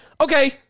okay